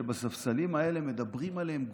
שבספסלים האלה מדברים עליהם גבוהה-גבוהה,